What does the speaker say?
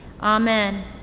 Amen